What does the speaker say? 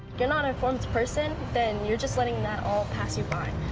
you're not informed person, then you're just letting that all pass you by.